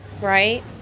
right